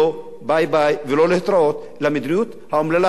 להתראות למדיניות האומללה הזאת בכל תחום ותחום.